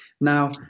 now